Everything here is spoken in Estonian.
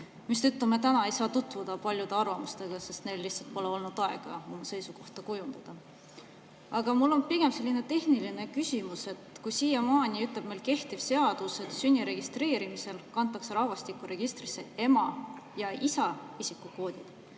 mistõttu me täna ei saa tutvuda paljude arvamustega, sest neil lihtsalt pole olnud aega oma seisukohta kujundada. Aga mul on pigem selline tehniline küsimus. Kui siiamaani ütleb kehtiv seadus, et sünni registreerimisel kantakse rahvastikuregistrisse ema ja isa isikukood,